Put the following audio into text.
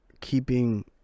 keeping